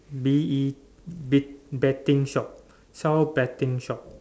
B E bet~ betting shop SAL betting shop